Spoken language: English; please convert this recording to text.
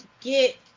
get